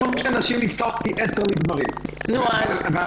איפה שנשים נפצעות פי עשרה מגברים --- מי אתה שתחליט איפה?